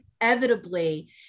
inevitably